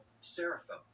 seraphim